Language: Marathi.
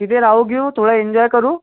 तिथे राहू गिळू थोडं एन्जॉय करू